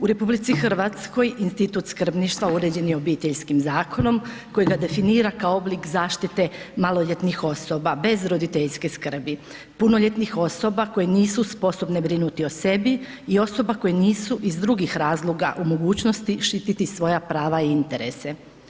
U RH institut skrbništva uređen je Obiteljskim zakonom kojega definira kao oblik zaštite maloljetnih osoba bez roditeljske skrbi, punoljetnih osoba koje nisu sposobne brinuti o sebi i osoba koje nisu iz drugih razloga u mogućnosti štititi svoja prava i interese.